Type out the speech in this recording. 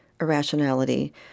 irrationality